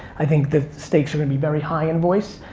i think the stakes are gonna be very high in voice.